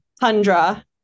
Tundra